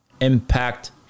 Impact